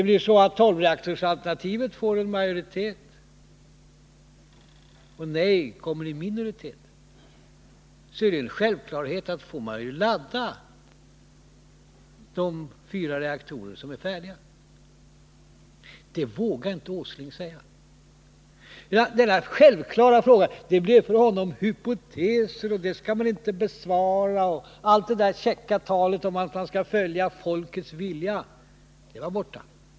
Får tolvreaktorsalternativet majoritet medan nej-alternativet kommer i minoritet, är det en självklarhet att man får ladda de fyra reaktorer som nu är färdiga. Det vågar inte Nils Åsling säga. Denna självklara fråga blir för honom hypoteser, och den frågan skall man inte besvara. Allt det käcka talet om att man skall följa folkets vilja är borta.